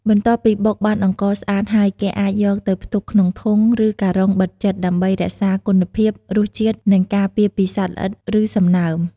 បន្ទាប់ពីបុកបានអង្ករស្អាតហើយ គេអាចយកទៅផ្ទុកក្នុងធុង ឬការ៉ុងបិទជិត ដើម្បីរក្សាគុណភាព រសជាតិ និងការពារពីសត្វល្អិត ឬសំណើម។